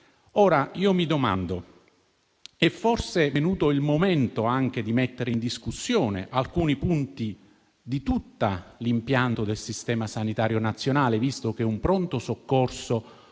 Ora, mi domando se non sia venuto il momento di mettere in discussione alcuni punti di tutto l'impianto del sistema sanitario nazionale, visto che un pronto soccorso